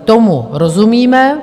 Tomu rozumíme.